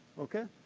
okay?